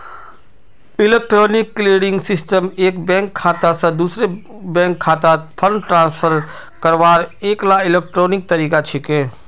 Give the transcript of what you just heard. electronic clearing system एक bank खाता स दूसरे बैंक खातात फंड ट्रांसफर करवार एकता इलेक्ट्रॉनिक तरीका छिके